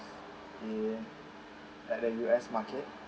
in at the U_S market